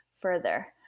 further